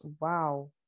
wow